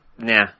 nah